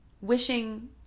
wishing